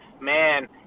man